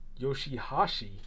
Yoshihashi